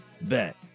bet